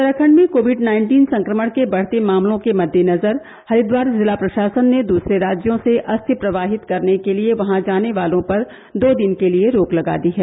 उत्तराखण्ड में COVID nineteen संक्रमण के बढ़ते मामलों के मद्देनजर हरिद्वार जिला प्रशासन ने दूसरे राज्यों से अस्थि प्रवाहित करने के लिए वहां जाने वालों पर दो दिन के लिए रोक लगा दी है